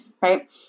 Right